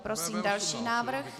Prosím další návrh.